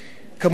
כמובן,